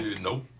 Nope